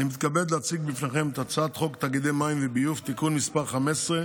אני מתכבד להציג בפניכם את הצעת חוק תאגידי מים וביוב (תיקון מס' 15),